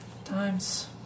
Times